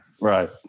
right